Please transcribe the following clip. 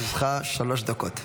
בבקשה, לרשותך שלוש דקות.